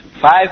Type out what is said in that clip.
Five